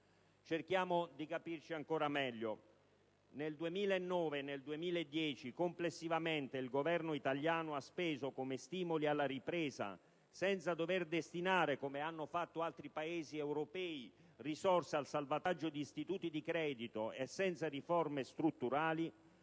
Cerchiamo di capirci ancora meglio: nel 2009 e nel 2010, complessivamente, il Governo italiano ha speso come stimoli alla ripresa, senza dover destinare, come hanno fatto altri Paesi europei, risorse al salvataggio di istituti di credito e senza riforme strutturali,